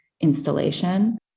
installation